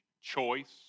choice